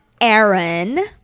Aaron